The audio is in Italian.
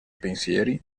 pensieri